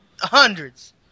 hundreds